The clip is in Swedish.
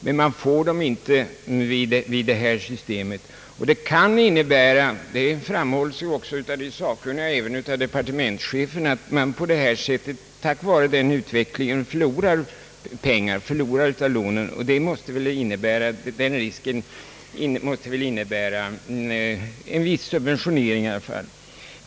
Men man får inte den minskningen vid detta system. Det kan innebära — det framhålls av de sakkunniga och även av departementschefen — att man på grund av en sådan utveckling förlorar när det gäller lånen. Det förhållandet måste väl ändå innebära en viss subventionering.